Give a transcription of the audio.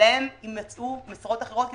ולהם מצאו משרות אחרות.